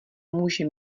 může